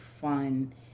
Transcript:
fun